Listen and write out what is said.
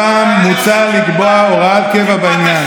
הפעם מוצע לקבוע הוראת קבע בעניין.